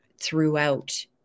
throughout